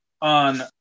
on